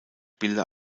bilder